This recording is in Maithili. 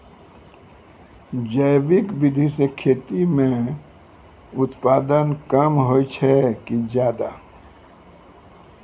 जैविक विधि से खेती म उत्पादन कम होय छै कि ज्यादा?